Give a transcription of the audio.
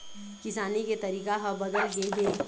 किसानी के तरीका ह बदल गे हे